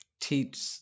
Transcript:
teach